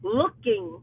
looking